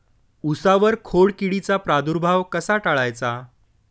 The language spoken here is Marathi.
उसावर खोडकिडीचा प्रादुर्भाव कसा टाळायचा?